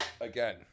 Again